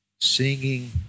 singing